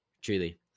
truly